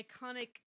iconic